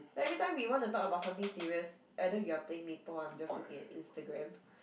like every time we want to talk about something serious either you're playing maple or I'm just looking at Instagram